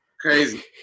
Crazy